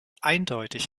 eindeutig